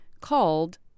called